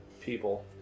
people